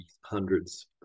hundreds